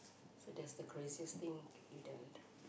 so that's the craziest thing you done